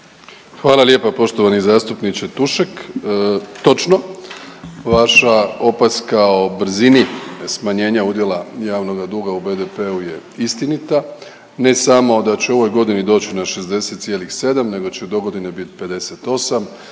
Hvala lijepo poštovani zastupniče Tušek. Točno, vaša opaska o brzini smanjenja udjela javnoga duga u BDP-u je istinita. Ne samo da će u ovoj godini doći na 60,7, nego će dogodine biti 58,